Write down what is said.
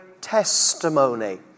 testimony